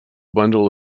bundle